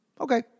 okay